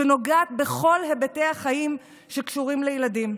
שנוגעת בכל היבטי החיים שקשורים לילדים.